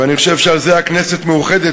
ואני חושב שעל זה הכנסת מאוחדת,